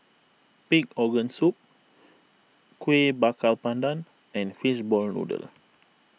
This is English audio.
Pig Organ Soup Kuih Bakar Pandan and Fishball Noodle